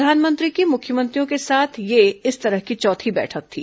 प्रधानमंत्री की मुख्यमंत्रियों के साथ यह इस तरह की चौथी बैठक थी